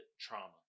trauma